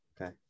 Okay